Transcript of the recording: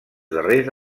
darrers